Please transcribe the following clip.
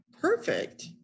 Perfect